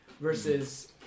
versus